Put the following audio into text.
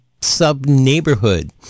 sub-neighborhood